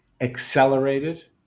accelerated